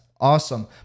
Awesome